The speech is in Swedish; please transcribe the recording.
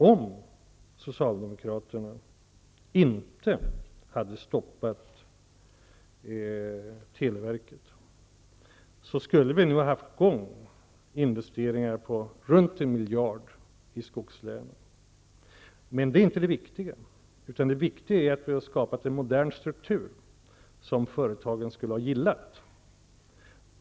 Om socialdemokraterna inte hade stoppat televerket, skulle vi nu haft i gång investeringar på runt en miljard i skogslänen. Men det viktiga hade varit att skapa en modern struktur som företagen hade uppskattat.